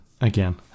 again